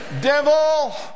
Devil